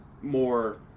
more